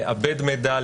לעבד מידע,